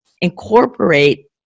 incorporate